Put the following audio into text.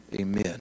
Amen